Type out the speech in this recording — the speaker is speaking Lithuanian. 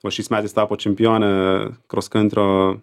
o šiais metais tapo čempione kroskantrio